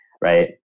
right